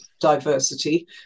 diversity